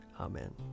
Amen